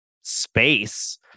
space